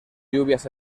lluvias